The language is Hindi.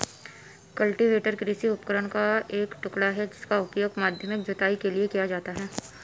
कल्टीवेटर कृषि उपकरण का एक टुकड़ा है जिसका उपयोग माध्यमिक जुताई के लिए किया जाता है